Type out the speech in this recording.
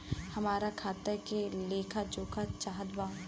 हमरा खाता के लेख जोखा चाहत बा?